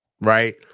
right